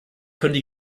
können